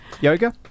yoga